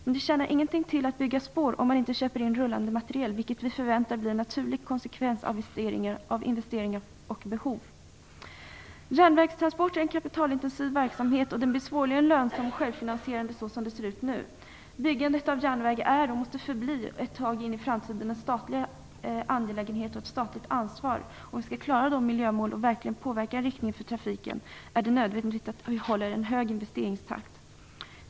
Men det tjänar ingenting till att bygga spår, om man inte köper in rullande materiel, vilket vi förväntar skall bli en naturlig konsekvens av investeringar och behov. Järnvägstransporter är en kapitalintensiv verksamhet, och den blir svårligen lönsam och självfinansierande såsom det ser ut nu. Byggandet av järnväg är och måste ett tag in i framtiden förbli en statlig angelägenhet och ett statligt ansvar. Om vi skall klara miljömålen och verkligen påverka riktningen för trafikutvecklingen är det nödvändigt att vi håller en hög investeringstakt.